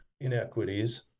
inequities